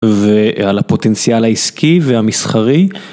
ועל הפוטנציאל העסקי והמסחרי.